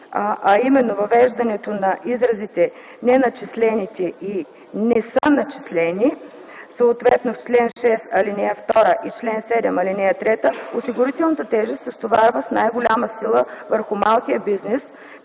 а именно въвеждането на изразите „неначислените” и „не са начислени”, съответно в чл. 6, ал. 2 и чл. 7, ал. 3, осигурителната тежест се стоварва с най-голяма сила върху малкия бизнес,